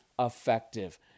effective